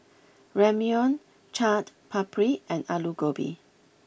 Ramyeon Chaat Papri and Alu Gobi